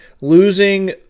losing –